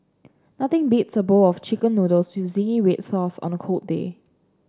nothing beats a bowl of chicken noodles with zingy red sauce on a cold day